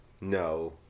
No